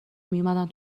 میومدن